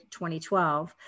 2012